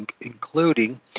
including